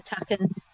attacking